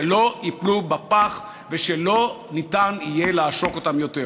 שלא ייפלו בפח ושלא ניתן יהיה לעשוק אותם יותר.